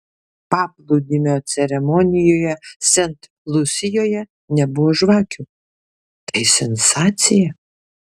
paplūdimio ceremonijoje sent lusijoje nebuvo žvakių tai sensacija